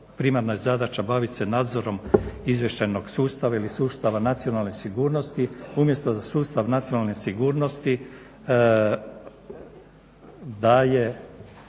primarna je zadaća bavit se nadzorom izvještajnog sustava ili sustava nacionalne sigurnosti umjesto da sustav nacionalne sigurnosti daje